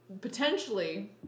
Potentially